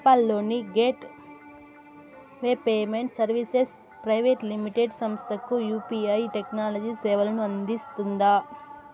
నేపాల్ లోని gateway payment services private limited సంస్థకు UPI technology సేవలను అందిస్తుందా?